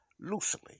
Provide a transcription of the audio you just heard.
loosely